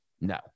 No